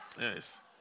Yes